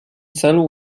celu